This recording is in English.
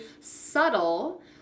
subtle